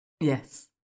yes